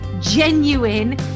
genuine